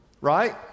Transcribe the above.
Right